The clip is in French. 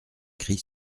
cri